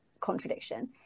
contradiction